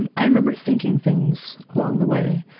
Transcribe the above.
and i remember thinking things along the way.